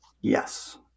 Yes